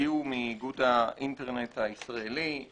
שהגיעו מאיגוד האינטרנט הישראלי.